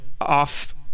off